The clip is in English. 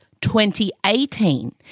2018